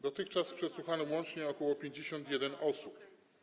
Dotychczas przesłuchano łącznie ok. 51 osób.